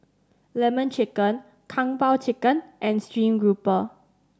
Lemon Chicken Kung Po Chicken and stream grouper